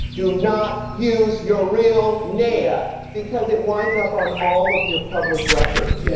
do not use your real name yeah because it winds up on all of your public records. yeah